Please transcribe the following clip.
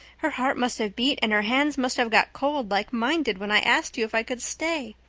her heart must have beat and her hands must have got cold, like mine did when i asked you if i could stay.